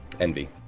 Envy